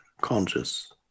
conscious